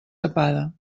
tapada